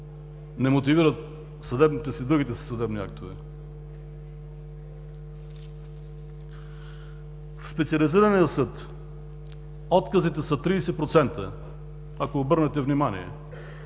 не мотивират другите си съдебни актове. В Специализирания съд отказите са 30%, ако обърнете внимание: